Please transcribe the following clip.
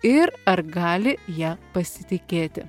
ir ar gali ja pasitikėti